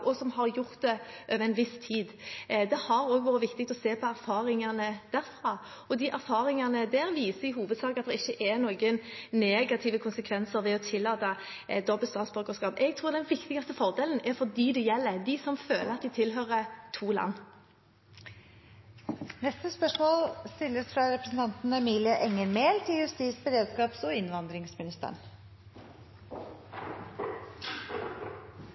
og som har hatt det over en viss tid. Det har også vært viktig å se på erfaringene derfra. De erfaringene viser i hovedsak at det ikke er noen negative konsekvenser ved å tillate dobbelt statsborgerskap. Jeg tror den viktigste fordelen er for dem det gjelder, de som føler at de tilhører to land. «Ressurssituasjonen i politidistriktene er krevende. Nestleder i Politiets Fellesforbund Innlandet skrev nylig i en kronikk at det er store forskjeller på by og